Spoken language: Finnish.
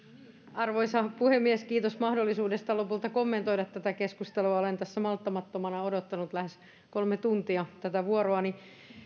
arvoisa puhemies kiitos mahdollisuudesta lopulta kommentoida tätä keskustelua olen tässä malttamattomana odottanut lähes kolme tuntia tätä vuoroani